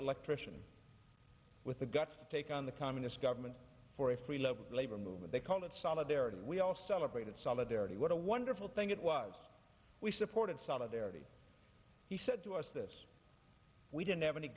electrician with the guts to take on the communist government for a free local labor movement they call it solidarity we all celebrated solidarity what a wonderful thing it was we supported solidarity he said to us this we didn't have any